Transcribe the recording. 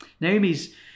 Naomi's